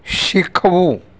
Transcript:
શીખવું